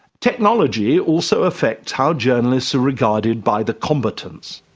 technology also affects how journalists are regarded by the combatants.